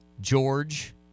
george